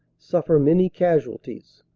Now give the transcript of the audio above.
suffer many casualties.